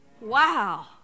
Wow